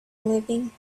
living